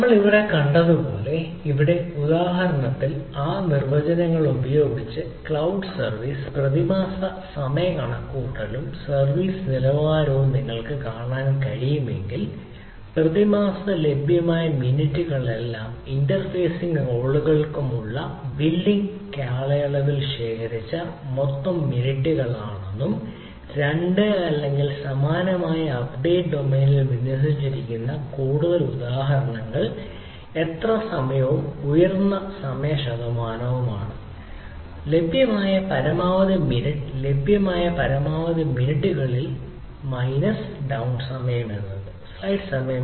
നമ്മൾ ഇവിടെ കണ്ടതുപോലെ ഇവിടെ ഉദാഹരണത്തിൽ ആ നിർവചനങ്ങൾ ഉപയോഗിച്ച് ക്ലൌഡ് സർവീസ് പ്രതിമാസ സമയ കണക്കുകൂട്ടലും സർവീസ് നിലവാരവും നിങ്ങൾക്ക് കാണാൻ കഴിയുമെങ്കിൽ പ്രതിമാസ ലഭ്യമായ മിനിറ്റുകൾ എല്ലാ ഇന്റർഫേസിംഗ് റോളുകൾക്കുമുള്ള ബില്ലിംഗ് കാലയളവിൽ ശേഖരിച്ച മൊത്തം മിനിറ്റുകളാണെന്നും 2 അല്ലെങ്കിൽ സമാനമായ അപ്ഡേറ്റ് ഡൊമെയ്നിൽ വിന്യസിച്ചിരിക്കുന്ന കൂടുതൽ ഉദാഹരണങ്ങൾ എത്ര സമയവും ഉയർന്ന സമയ ശതമാനവുമാണ് ലഭ്യമായ പരമാവധി മിനിറ്റ് ലഭ്യമായ പരമാവധി മിനിറ്റുകളിൽ മൈനസ് ഡൌൺ സമയം